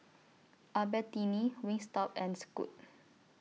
Albertini Wingstop and Scoot